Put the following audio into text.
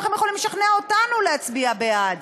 איך הם יכולים לשכנע אותנו להצביע בעד?